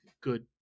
good